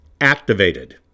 activated